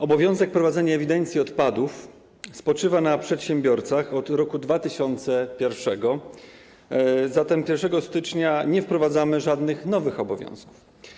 Obowiązek prowadzenia ewidencji odpadów spoczywa na przedsiębiorcach od roku 2001, zatem 1 stycznia nie wprowadzamy żadnych nowych obowiązków.